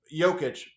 Jokic